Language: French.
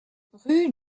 rue